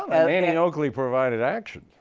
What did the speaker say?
i mean annie oakley provided action.